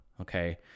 okay